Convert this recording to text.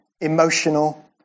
emotional